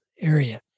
area